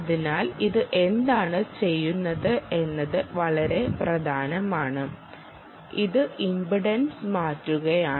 അതിനാൽ ഇത് എന്താണ് ചെയ്യുന്നത് എന്നത് വളരെ പ്രധാനമാണ് ഇത് ഇംപിഡൻസ് മാറ്റുകയാണ്